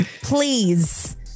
please